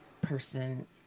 person